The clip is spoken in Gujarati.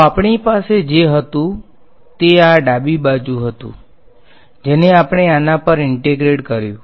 તોઆપણી પાસે જે હતું તે આ ડાબી બાજુ હતું જેને આપણે આના પર ઈંટેગ્રેટ કર્યું છે